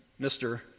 Mr